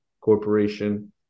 Corporation